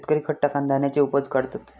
शेतकरी खत टाकान धान्याची उपज काढतत